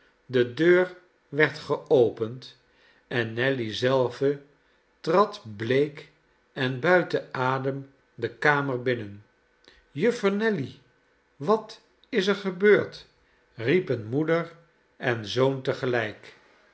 de deur werd geopend en nelly zelve trad bleek en buiten adem de kamer binnen juffer nelly wat is er gebeurd riepen moeder en zoon